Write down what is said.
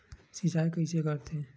सिंचाई कइसे करथे?